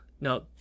No